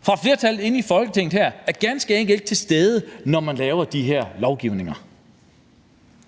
fra flertallet herinde i Folketinget er ganske enkelt ikke til stede, når man laver de her lovgivninger.